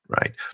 right